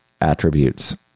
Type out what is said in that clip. attributes